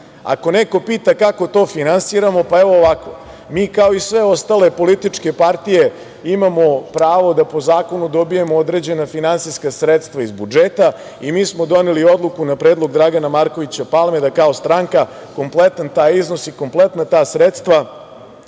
neko pita kako to finansiramo, pa evo ovako, mi kao i sve ostale političke partije imamo pravo da po zakonu dobijemo određena finansijska sredstva iz budžeta i mi smo doneli odluku, na predlog Dragana Markovića Palme, da kao stranka kompletan taj iznos i kompletna ta sredstva